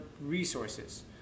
resources